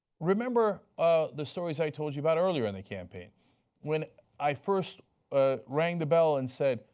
remember ah the stories i told you about earlier in the campaign when i first ah rang the bell and said,